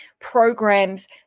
programs